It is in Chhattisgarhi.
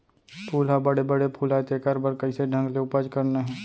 फूल ह बड़े बड़े फुलय तेकर बर कइसे ढंग ले उपज करना हे